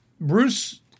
Bruce